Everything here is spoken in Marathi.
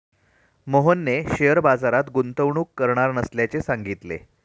मोहनने शेअर बाजारात गुंतवणूक करणार नसल्याचे सांगितले